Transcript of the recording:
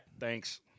Thanks